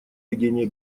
ведения